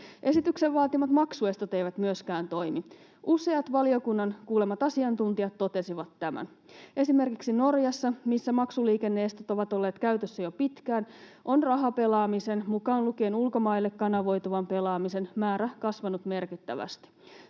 Esityksen vaatimat maksuestot eivät myöskään toimi, useat valiokunnan kuulemat asiantuntijat totesivat tämän. Esimerkiksi Norjassa, missä maksuliikenne-estot ovat olleet käytössä jo pitkään, on rahapelaamisen, mukaan lukien ulkomaille kanavoituvan pelaamisen, määrä kasvanut merkittävästi.